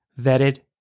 vetted